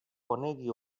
conegui